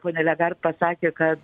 ponia legart pasakė kad